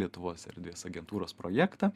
lietuvos erdvės agentūros projektą